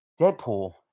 Deadpool